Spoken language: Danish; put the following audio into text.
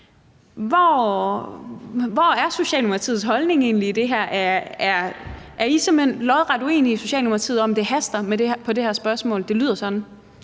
Hvor ligger Socialdemokratiets holdning egentlig i det her? Er I simpelt hen lodret uenige i Socialdemokratiet om, om det haster med det her spørgsmål? Det lyder sådan.